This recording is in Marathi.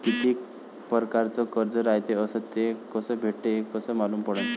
कितीक परकारचं कर्ज रायते अस ते कस भेटते, हे कस मालूम पडनं?